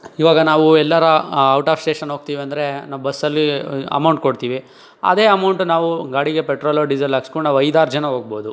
ಈವಾಗ ನಾವು ಎಲ್ಲಾರ ಔಟ್ ಆಫ್ ಸ್ಟೇಷನ್ ಹೋಗ್ತೀವಂದ್ರೆ ನಾವು ಬಸ್ಸಲ್ಲಿ ಅಮೌಂಟ್ ಕೊಡ್ತೀವಿ ಅದೇ ಅಮೌಂಟು ನಾವು ಗಾಡಿಗೆ ಪೆಟ್ರೋಲು ಡೀಸೆಲ್ ಹಾಕ್ಸ್ಕೊಂಡು ನಾವು ಐದಾರು ಜನ ಹೋಗ್ಬೋದು